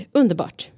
underbart